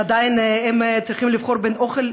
ועדיין הם צריכים לבחור בין אוכל,